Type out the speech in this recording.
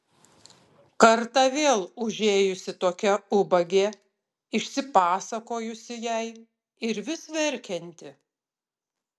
kartą vėl užėjusi tokia ubagė išsipasakojusi jai ir vis verkianti